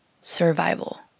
survival